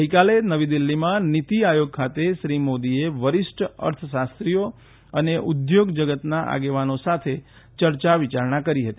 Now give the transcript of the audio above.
ગઈકાલે નવી દિલ્હીમાં નિતિ આયોગ ખાતે શ્રી મોદીએ વરિષ્ઠ અર્થશાસ્ત્રીઓ અને ઉદ્યોગ જગતના આગેવાનો સાથે ચર્ચા વિચારણા કરી હતી